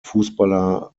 fußballer